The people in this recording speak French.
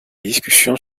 discussions